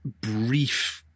brief